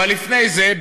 אבל לפני זה,